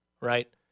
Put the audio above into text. right